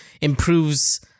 improves